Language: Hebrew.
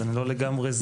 אז אני לא לגמרי זר.